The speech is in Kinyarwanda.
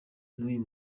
n’uyu